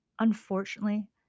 Unfortunately